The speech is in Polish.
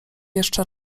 jeszcze